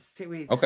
Okay